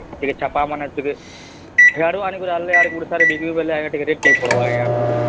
ଟିକେ ଛାପା ମାନ ଟିକେ ସେଆଡୁ ଆଣିକରିଲେ ଆର୍ ଓଡ଼ିଶାରେ ବ ବିିକ୍ରି ବଲେ ଆଜ୍ ଟିକେ ଚିପ୍ ପଡ଼ବା ଆଜ୍ଞା ଆପଣଙ୍କୁ